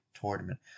tournament